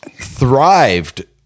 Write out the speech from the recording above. Thrived